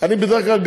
אני בדרך כלל,